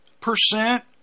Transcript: percent